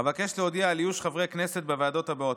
אבקש להודיע על איוש חברי כנסת בוועדות הבאות.